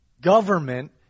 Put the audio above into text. government